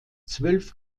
zwölf